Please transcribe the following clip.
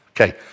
Okay